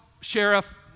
sheriff